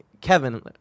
Kevin